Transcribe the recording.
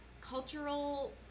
cultural